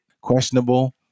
questionable